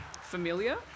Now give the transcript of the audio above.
familiar